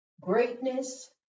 greatness